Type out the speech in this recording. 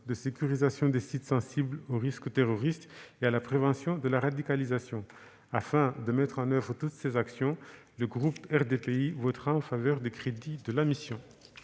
de sécurisation des sites sensibles au risque terroriste et de prévention de la radicalisation. Afin de mettre en oeuvre toutes ces actions, le groupe RDPI votera en faveur des crédits de la mission.